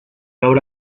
obra